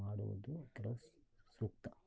ಮಾಡುವುದು ಕೆಲವು ಸೂಕ್ತ